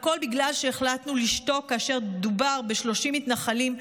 הכול בגלל שהחלטנו לשתוק כאשר דובר ב-30 מתנחלים,